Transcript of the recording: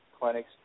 clinics